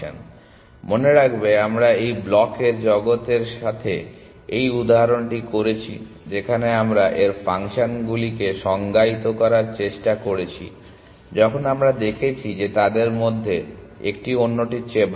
সুতরাং মনে রাখবে আমরা এই ব্লকের জগতের সাথে এই উদাহরণটি করেছি যেখানে আমরা এর ফাংশনগুলিকে সংজ্ঞায়িত করার চেষ্টা করেছি যখন আমরা দেখেছি যে তাদের মধ্যে একটি অন্যটির চেয়ে ভাল